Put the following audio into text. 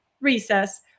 Recess